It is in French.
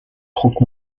troupes